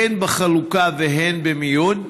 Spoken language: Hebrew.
הן בחלוקה והן במיון?